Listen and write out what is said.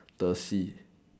the sea